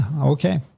okay